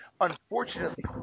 Unfortunately